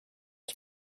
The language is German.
als